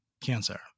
cancer